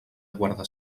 guardar